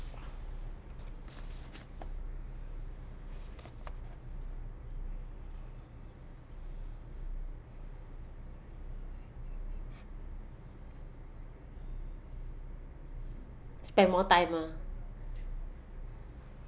spend more time ah